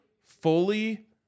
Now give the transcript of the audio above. fully